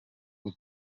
was